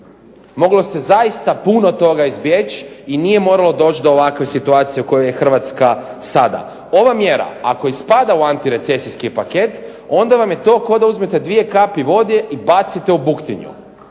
Moglo se zaista puno toga moglo izbjeći i nije moralo doći do ovakve situacije u kojoj je Hrvatska sada. Ova mjera ako spada u antirecesijski paket onda vam je to kao da uzmete dvije kapi vode i bacite u buktinju,